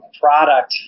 product